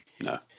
No